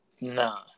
Nah